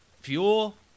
fuel